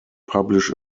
publish